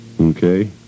okay